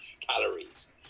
calories